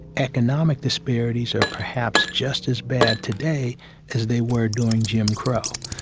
economic disparities are perhaps just as bad today as they were during jim crow.